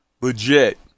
legit